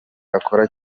akora